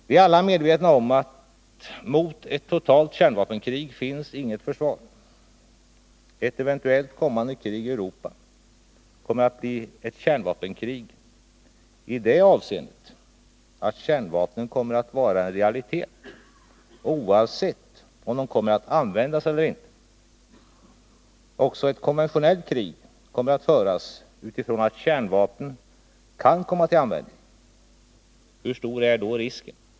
Vi är alla medvetna om att mot ett totalt kärnvapenkrig finns inget försvar. Ett eventuellt kommande krig i Europa blir ett kärnvapenkrig i det avseendet att kärnvapen kommer att vara en realitet, oavsett om de används eller ej. Också ett konventionellt krig kommer att föras utifrån vetskapen att kärnvapen kan komma till användning. Hur stor är då risken för det?